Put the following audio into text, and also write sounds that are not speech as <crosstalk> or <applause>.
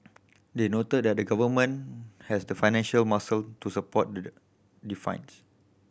they noted that the Government has the financial muscle to support the <unintelligible> defines